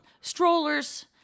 strollers